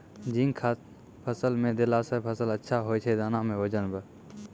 zinc खाद फ़सल मे देला से फ़सल अच्छा होय छै दाना मे वजन ब